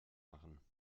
machen